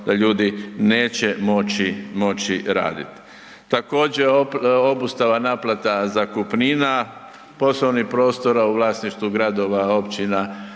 da ljudi neće moći, moći radit. Također obustava naplata zakupnina, poslovnih prostora u vlasništvu gradova, općina